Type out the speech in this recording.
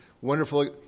wonderful